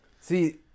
see